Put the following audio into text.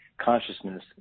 consciousness